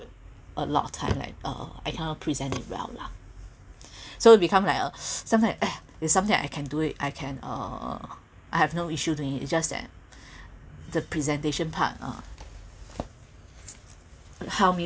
a lot of time like uh I can't present it well lah so it become like a sometimes !aiya! if sometimes I can do it I can uh I have no issue doing it it's just that the presentation part uh